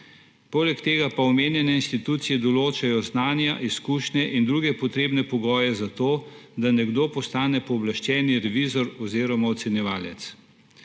Poleg tega pa omenjene institucije določajo znanja, izkušnje in druge potrebne pogoje za to, da nekdo postane pooblaščeni revizor oziroma ocenjevalec.